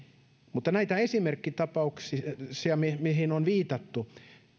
mutta näitä esimerkkitapauksia mihin on viitattu